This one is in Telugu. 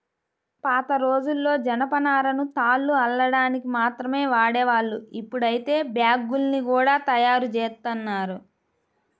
పాతరోజుల్లో జనపనారను తాళ్లు అల్లడానికి మాత్రమే వాడేవాళ్ళు, ఇప్పుడైతే బ్యాగ్గుల్ని గూడా తయ్యారుజేత్తన్నారు